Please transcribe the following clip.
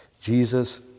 Jesus